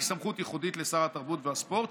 סמכות ייחודית לשר התרבות והספורט,